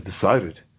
decided